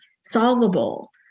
solvable